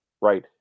right